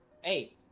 hey